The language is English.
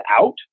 out